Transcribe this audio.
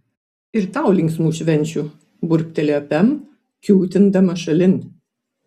ir tau linksmų švenčių burbtelėjo pem kiūtindama šalin